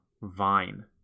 vine